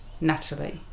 Natalie